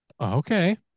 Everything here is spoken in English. okay